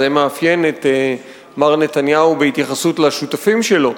זה מאפיין את מר נתניהו בהתייחסות לשותפים שלו,